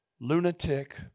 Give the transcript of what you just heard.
Lunatic